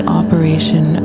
operation